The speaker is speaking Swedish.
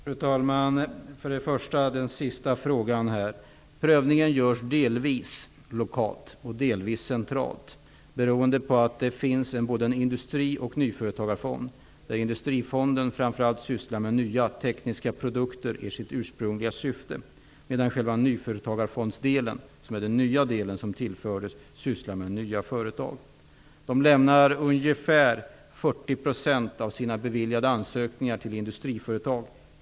Fru talman! När det gäller den sista frågan görs prövningen delvis lokalt och delvis centralt beroende på att det finns både en industrifond och nyföretagarfond. Industrifonden sysslar framför allt med nya tekniska produkter enligt sitt ursprungliga syfte. Själva nyföretagarfondsdelen -- som är den nya delen som tillfördes -- sysslar med nya företag. Ungefär 40 % av de beviljade ansökningarna kommer från industriföretag.